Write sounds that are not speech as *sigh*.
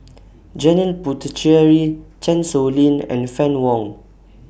*noise* Janil Puthucheary Chan Sow Lin and Fann Wong